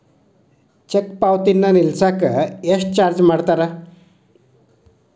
check ಪಾವತಿನ ನಿಲ್ಸಕ ಎಷ್ಟ ಚಾರ್ಜ್ ಮಾಡ್ತಾರಾ